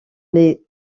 les